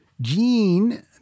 Gene